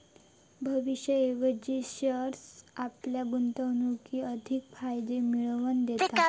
भविष्याऐवजी शेअर्स आपल्या गुंतवणुकीर अधिक फायदे मिळवन दिता